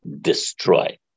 destroy